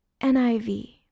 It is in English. NIV